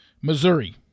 Missouri